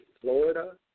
Florida